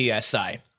PSI